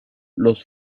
los